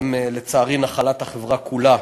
שלצערי, הם נחלת החברה כולה.